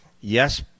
Yes